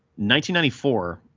1994